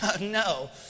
No